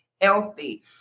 healthy